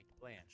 Blanche